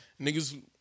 Niggas